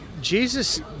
Jesus